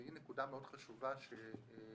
והיא נקודה מאוד חשובה שאזכר,